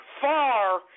far